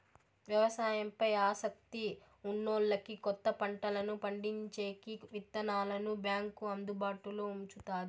వ్యవసాయం పై ఆసక్తి ఉన్నోల్లకి కొత్త పంటలను పండించేకి విత్తనాలను బ్యాంకు అందుబాటులో ఉంచుతాది